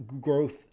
growth